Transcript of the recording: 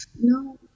no